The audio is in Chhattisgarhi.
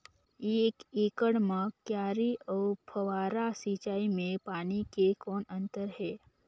एक एकड़ म क्यारी अउ फव्वारा सिंचाई मे पानी के कौन अंतर हे?